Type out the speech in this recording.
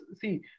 see